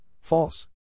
false